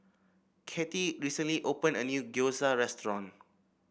Cathie recently opened a new Gyoza Restaurant